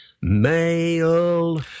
Mail